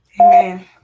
Amen